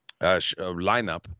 lineup